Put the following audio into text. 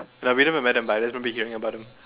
met them but I never anybody